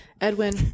edwin